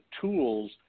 tools